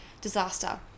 disaster